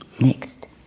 Next